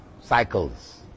cycles